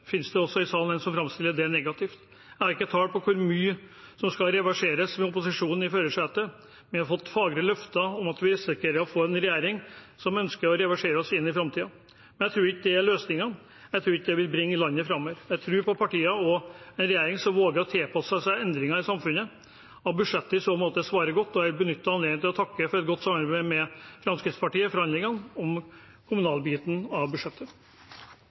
finnes det også her i salen noen som framstiller det som negativt. Jeg har ikke tall på hvor mye som skal reverseres med opposisjonen i førersetet. Vi har fått fagre løfter om at vi risikerer å få en regjering som ønsker å reversere oss inn i framtiden. Jeg tror ikke det er løsningen, jeg tror ikke det vil bringe landet framover. Jeg tror på partier og en regjering som våger å tilpasse seg endringer i samfunnet. Budsjettet svarer i så måte godt, og jeg vil benytte anledningen til å takke for godt samarbeid med Fremskrittspartiet i forhandlingene om kommunaldelen av budsjettet.